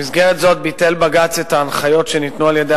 במסגרת זאת ביטל בג"ץ את ההנחיות שניתנו על-ידי